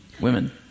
women